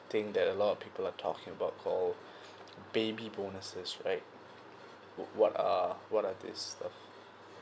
think that a lot of people are talking about called baby bonuses like what are what are this stuff